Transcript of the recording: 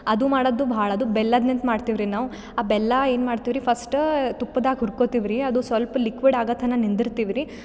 ಅದು ಮಾಡೋದು ಭಾಳ ಅದು ಬೆಲ್ಲದ್ನಿಂತ ಮಾಡ್ತಿವ್ರಿ ನಾವು ಆ ಬೆಲ್ಲ ಏನು ಮಾಡ್ತಿವ್ರಿ ಫಸ್ಟ್ ತುಪ್ಪದಾಗೆ ಹುರ್ಕೋತಿವ್ರಿ ಅದು ಸ್ವಲ್ಪ್ ಲಿಕ್ವಿಡ್ ಆಗೋತನ ನಿಂದಿರ್ತಿವ್ರಿ